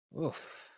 Oof